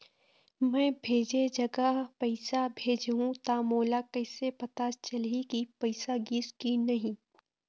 मैं भेजे जगह पैसा भेजहूं त मोला कैसे पता चलही की पैसा गिस कि नहीं?